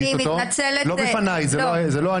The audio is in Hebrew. אני מתנצלת על שאמרתי משהו לא במקום.